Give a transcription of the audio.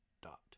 Dot